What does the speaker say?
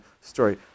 story